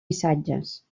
missatges